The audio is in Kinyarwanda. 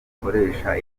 bukoresha